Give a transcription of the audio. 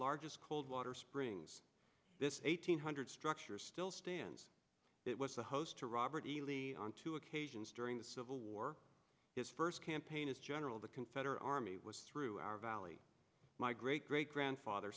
largest cold water springs eighteen hundred structures still stands it was a host to robert e lee on two occasions during the civil war his first campaign as general the confederate army was through our valley my great great grandfather